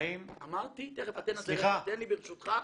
אמרתי --- תיכף, אתנה, תן לי ברשותך,